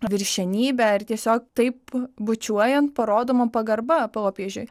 viršenybę ir tiesiog taip bučiuojant parodoma pagarba popiežiui